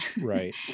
right